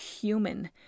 human